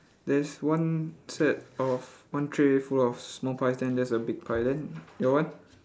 there's one thread of one tray full of small pies then there's a big pie then your one